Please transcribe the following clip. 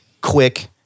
quick